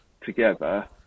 together